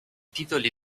titoli